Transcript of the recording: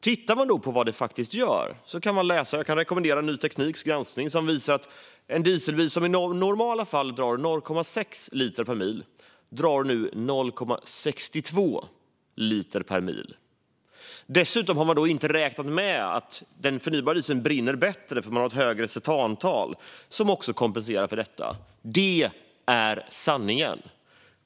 Om man vill titta på vad det faktiskt gör kan jag rekommendera Ny Tekniks granskning, som visar att en dieselbil som i normala fall drar 0,6 liter per mil nu drar 0,62 liter per mil. Man har då inte räknat med att den förnybara dieseln brinner bättre, eftersom cetantalet är högre, vilket också kompenserar för detta. Det är sanningen.